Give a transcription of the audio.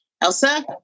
Elsa